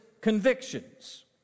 convictions